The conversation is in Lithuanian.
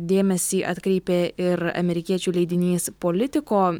dėmesį atkreipė ir amerikiečių leidinys politico